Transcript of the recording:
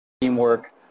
teamwork